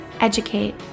educate